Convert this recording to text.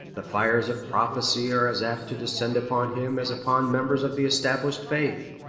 the fires of prophecy are as apt to descend upon him as upon members of the established faith.